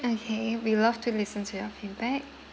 okay we love to listen to your feedback